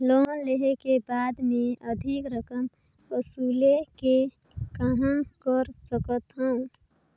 Loan लेहे के बाद मे अधिक रकम वसूले के कहां कर सकथव?